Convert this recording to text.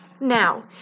now